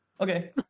Okay